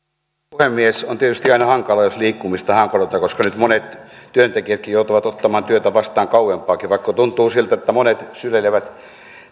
puhemies on tietysti aina hankalaa jos liikkumista hankaloitetaan koska nyt monet työntekijätkin joutuvat ottamaan työtä vastaan kauempaakin vaikka tuntuu siltä että monet syleilevät